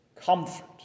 comfort